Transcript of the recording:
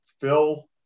Phil